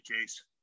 case